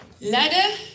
Ladder